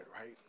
right